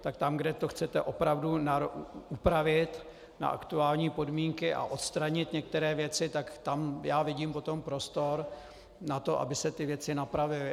Tak tam, kde to chcete opravdu upravit na aktuální podmínky a odstranit některé věci, tak tam já vidím potom prostor na to, aby se ty věci napravily.